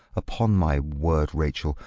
upon my word, rachel,